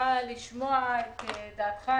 שמחה לשמוע את דעתך,